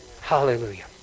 Hallelujah